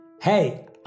Hey